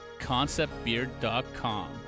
conceptbeard.com